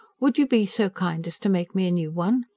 would you be so kind as to make me a new one?